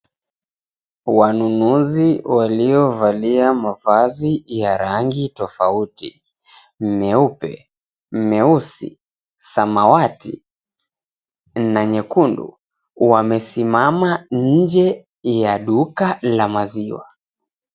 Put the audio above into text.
Wanunuzi waliovalia mavazi ya rangi tofauti; meupe, meusi, samawati na nyekundu wamesimama nje ya duka la maziwa.